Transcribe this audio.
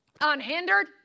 unhindered